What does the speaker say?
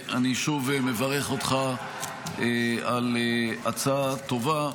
אני שוב מברך אותך על הצעה טובה,